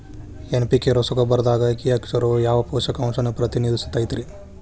NPK ರಸಗೊಬ್ಬರದಾಗ K ಅಕ್ಷರವು ಯಾವ ಪೋಷಕಾಂಶವನ್ನ ಪ್ರತಿನಿಧಿಸುತೈತ್ರಿ?